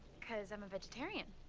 cause i'm a vegetarian.